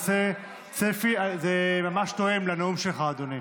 זה ממש תואם לנאום שלך, אדוני.